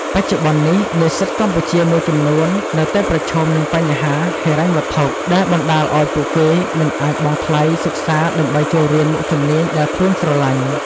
បច្ចុប្បន្ននេះ និស្សិតកម្ពុជាមួយចំនួននៅតែប្រឈមនឹងបញ្ហាហិរញ្ញវត្ថុ ដែលបណ្ដាលឲ្យពួកគេមិនអាចបង់ថ្លៃសិក្សាដើម្បីចូលរៀនមុខជំនាញដែលខ្លួនស្រឡាញ់.